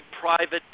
private